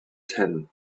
ten